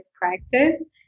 practice